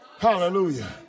Hallelujah